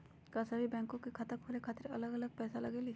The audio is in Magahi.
का सभी बैंक में खाता खोले खातीर अलग अलग पैसा लगेलि?